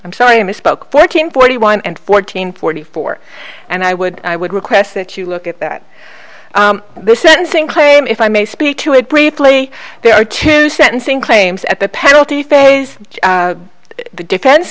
i'm sorry i misspoke fourteen forty one and fourteen forty four and i would i would request that you look at that the sentencing claim if i may speak to it briefly there are two sentencing claims at the penalty phase the defense